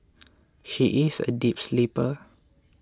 she is a deep sleeper